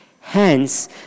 Hence